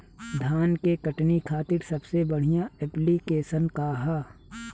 धान के कटनी खातिर सबसे बढ़िया ऐप्लिकेशनका ह?